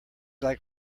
like